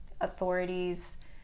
authorities